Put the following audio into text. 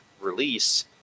release